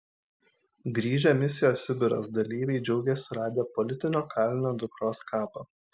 grįžę misijos sibiras dalyviai džiaugiasi radę politinio kalinio dukros kapą